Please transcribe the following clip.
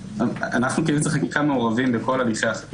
אנחנו כייעוץ והחקיקה מעורבים בכל הליכי החקיקה.